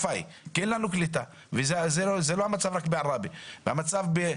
WI FI. המצב הזה לא רק בערבה אלא בעוד מקומות.